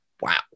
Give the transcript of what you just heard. wow